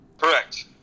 correct